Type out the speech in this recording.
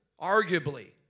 arguably